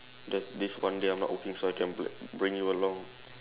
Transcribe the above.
there's this one day I'm not working so I can br~ bring you along